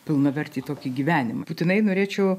pilnavertį tokį gyvenimą būtinai norėčiau